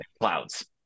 clouds